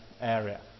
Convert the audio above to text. area